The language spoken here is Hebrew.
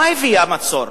מה הביא המצור?